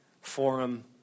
forum